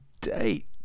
date